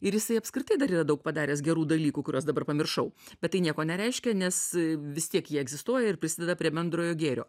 ir jisai apskritai dar yra daug padaręs gerų dalykų kuriuos dabar pamiršau bet tai nieko nereiškia nes vis tiek jie egzistuoja ir prisideda prie bendrojo gėrio